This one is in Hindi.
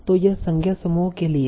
तो यह संज्ञा समूहों के लिए है